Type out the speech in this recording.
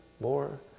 more